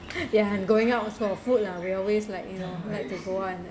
ya and going out for food ah we always like you know like to go out and